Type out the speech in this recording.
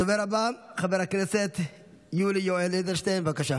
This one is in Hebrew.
הדובר הבא, חבר הכנסת יולי יואל אדלשטיין, בבקשה.